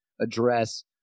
address